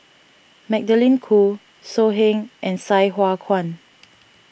Magdalene Khoo So Heng and Sai Hua Kuan